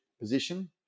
position